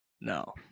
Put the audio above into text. No